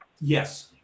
Yes